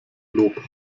lob